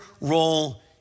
role